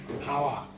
Power